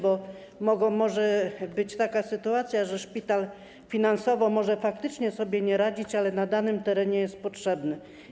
Bo może być taka sytuacja, że szpital finansowo może faktycznie sobie nie radzić, ale na danym terenie jest potrzebny.